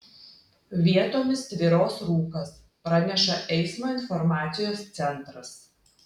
vietomis tvyros rūkas praneša eismo informacijos centras